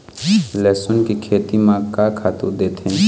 लेसुन के खेती म का खातू देथे?